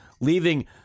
leaving